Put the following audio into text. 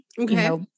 Okay